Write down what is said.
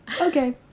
Okay